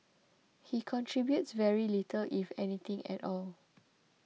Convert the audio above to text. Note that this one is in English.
he contributes very little if anything at all